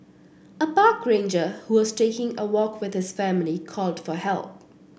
a park ranger who was taking a walk with his family called for help